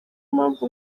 mpamvu